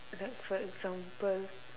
like for example